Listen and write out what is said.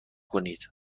کنید